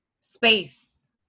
space